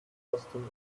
custom